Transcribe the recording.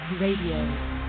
RADIO